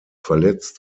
verletzt